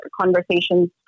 conversations